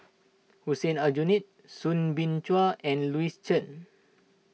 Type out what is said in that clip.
Hussein Aljunied Soo Bin Chua and Louis Chen